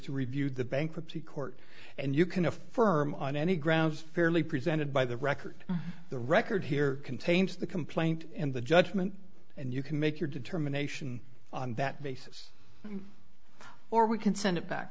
to review the bankruptcy court and you can affirm on any grounds fairly presented by the record the record here contains the complaint in the judgment and you can make your determination on that basis or we can send it back